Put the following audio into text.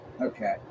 okay